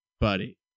Buddy